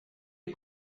est